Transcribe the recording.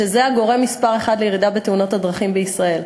וזה הגורם מספר אחת לירידה בתאונות הדרכים בישראל.